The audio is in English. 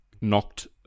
knocked